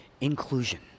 Inclusion